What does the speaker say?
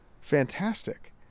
fantastic